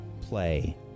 play